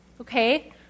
okay